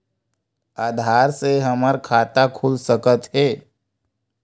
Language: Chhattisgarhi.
आधार से हमर खाता खुल सकत हे?